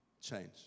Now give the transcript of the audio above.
change